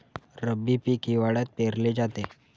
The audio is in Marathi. रब्बी पीक हिवाळ्यात पेरले जाते